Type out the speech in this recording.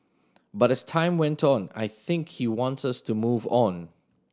but as time went on I think he wants us to move on